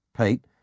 Pete